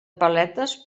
paletes